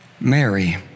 Mary